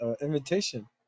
invitation